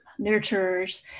nurturers